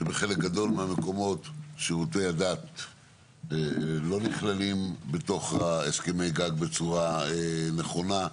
שבחלק גדול מהמקומות שירותי הדת לא נכללים בתוך הסכמי הגג בצורה נכונה,